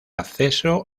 acceso